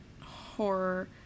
horror